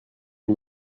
est